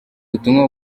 butumwa